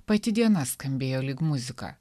pati diena skambėjo lyg muzika